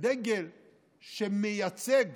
ודגל שמייצג